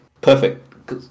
perfect